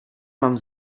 mam